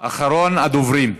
אחרון הדוברים.